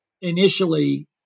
initially